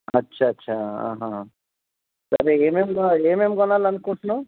అచ్చచ్చా సరే ఏమేమి కొ ఏమేమి కొనాలనుకుంటున్నావు